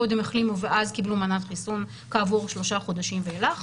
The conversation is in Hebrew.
קודם החלימו ואז קיבלו מנת חיסון כעבור שלושה חודשים ואילך,